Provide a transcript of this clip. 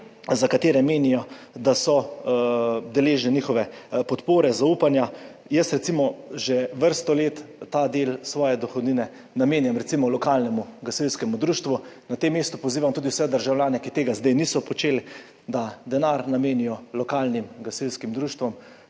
za katere menijo, da so deležni njihove podpore, zaupanja. Jaz recimo že vrsto let ta del svoje dohodnine namenjam recimo lokalnemu gasilskemu društvu. Na tem mestu pozivam tudi vse državljane, ki tega zdaj niso počeli, da denar namenijo lokalnim gasilskim društvom,